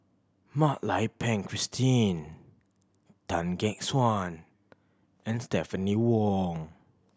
Mak Lai Peng Christine Tan Gek Suan and Stephanie Wong